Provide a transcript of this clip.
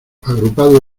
agrupados